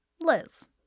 Liz